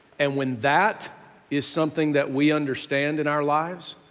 and when that is something that we understand in our lives,